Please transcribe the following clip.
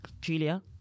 julia